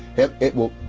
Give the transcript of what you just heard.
it it will.